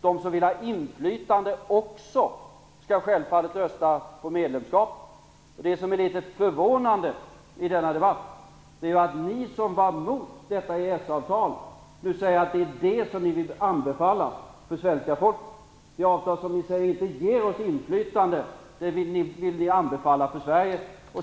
De som vill ha inflytande också skall självfallet rösta på medlemskap. Det som är litet förvånande i denna debatt är att ni som var emot detta EES-avtal nu säger att det är det som ni vill anbefalla svenska folket. Det avtal som ni säger inte ger oss inflytande vill ni anbefalla Sverige.